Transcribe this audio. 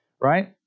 right